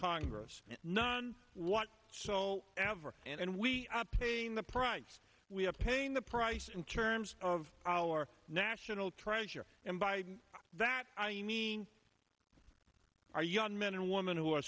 congress none what so ever and we paying the price we have paying the price in terms of our national treasure and by that i mean our young men and women who are